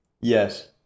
Yes